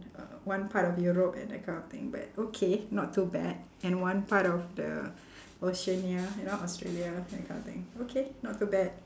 uh one part of europe and that kind of thing but okay not too bad and one part of the oceania you know australia that kind of thing okay not too bad